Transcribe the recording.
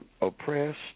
oppressed